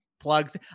plugs